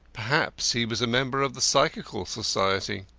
perhaps he was a member of the psychical society.